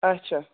اچھا